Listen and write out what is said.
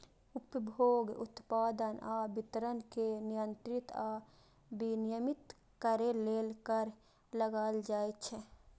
उपभोग, उत्पादन आ वितरण कें नियंत्रित आ विनियमित करै लेल कर लगाएल जाइ छै